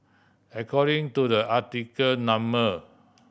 according to the article number